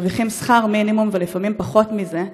הם מרוויחים שכר מינימום ולפעמים פחות מזה,